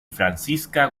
francisca